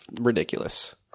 ridiculous